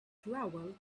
travelled